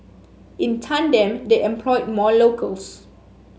in tandem they employed more locals